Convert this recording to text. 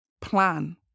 Plan